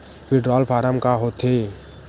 withdrawal form का होथेय